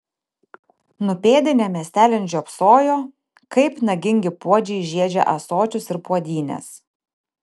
nupėdinę miestelin žiopsojo kaip nagingi puodžiai žiedžia ąsočius ir puodynes